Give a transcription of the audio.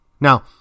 Now